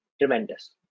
tremendous